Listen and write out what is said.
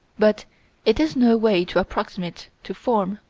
but it is no way to approximate to form,